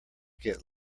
get